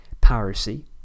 piracy